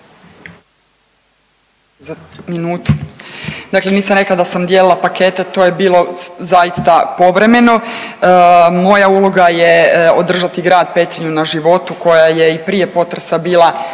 Za minutu, dakle nisam rekla da sam dijelila pakete to je bilo zaista povremeno. Moja uloga je održati grad Petrinju na životu koja je i prije potresa bila